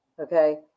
Okay